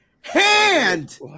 hand